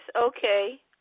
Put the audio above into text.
Okay